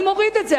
אני מוריד את זה.